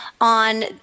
on